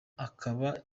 akaba